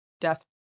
death